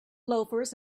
loafers